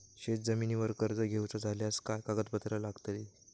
शेत जमिनीवर कर्ज घेऊचा झाल्यास काय कागदपत्र लागतली?